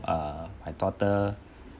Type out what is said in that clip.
err my daughter